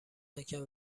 نکرد